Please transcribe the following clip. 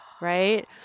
right